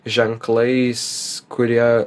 ženklais kurie